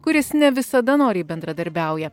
kuris ne visada noriai bendradarbiauja